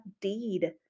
deed